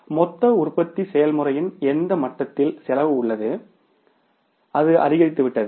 ஆகையால் மொத்த உற்பத்தி செயல்முறைகளின் எந்த மட்டத்தில் செலவு உள்ளது அது அதிகரித்துவிட்டது